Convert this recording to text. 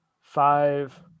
five